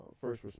first